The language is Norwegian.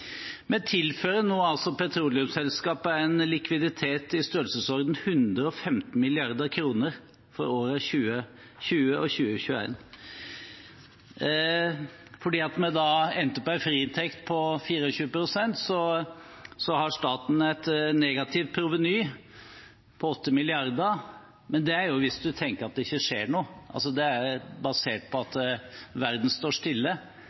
Vi tilfører nå petroleumsselskapene en likviditet i størrelsesorden 115 mrd. kr for årene 2020 og 2021. Fordi vi endte på en friinntekt på 24 pst., har staten et negativt proveny på 8 mrd. kr, men det er hvis man tenker at det ikke skjer noe. Det er basert på at verden står stille.